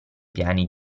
piani